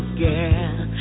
girl